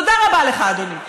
תודה רבה לך, אדוני.